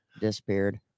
Disappeared